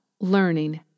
learning